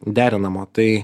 derinamo tai